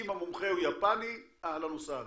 אם המומחה הוא יפני אהלן וסהלן,